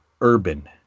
urban